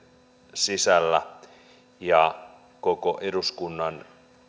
sisällä ja koko eduskunnan